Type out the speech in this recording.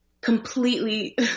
completely